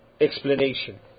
explanation